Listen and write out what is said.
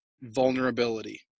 vulnerability